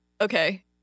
Okay